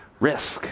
risk